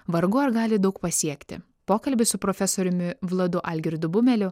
vargu ar gali daug pasiekti pokalbį su profesoriumi vladu algirdu bumeliu